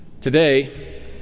Today